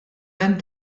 hemm